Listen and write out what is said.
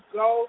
go